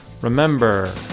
Remember